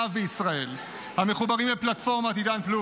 אב בישראל המחוברים לפלטפורמת עידן פלוס,